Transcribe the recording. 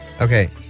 Okay